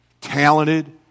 talented